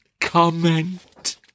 comment